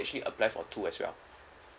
actually apply for two as well